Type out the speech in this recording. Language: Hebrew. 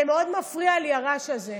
זה מאוד מפריע לי הרעש הזה.